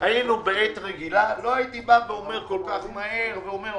היינו בעת רגילה לא הייתי כל כך מהר אומר: